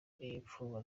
n’imfungwa